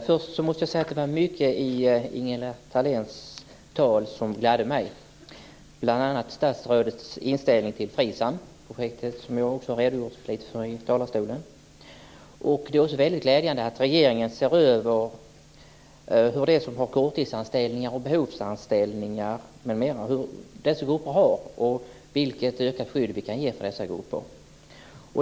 Herr talman! Det var mycket i Ingela Thaléns tal som gladde mig, bl.a. statsrådets inställning till FRISAM-projektet, som jag också har redogjort för i talarstolen. Det är också glädjande att regeringen ser över korttids och behovsanställningar, vad som går bra och vilket ökat skydd som kan ges för de grupperna.